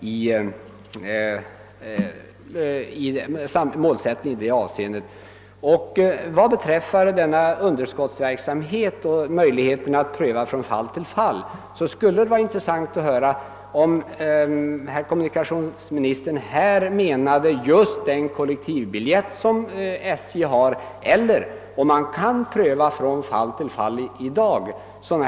Vad beträffar den verksamhet som går med underskott och möjligheten att göra en prövning från fall till fall skulle det vara intressant att höra, om herr kommunikationsministern avsåg just den kollektivbiljett som SJ har eller om en särskild prövning skulle kunna ske.